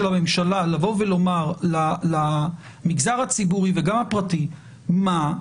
הממשלה לבוא ולומר למגזר הציבורי וגם לפרטי - שוב,